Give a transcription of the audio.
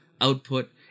output